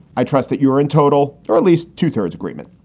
i trust that you are in total or at least two thirds agreement